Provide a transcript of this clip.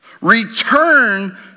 Return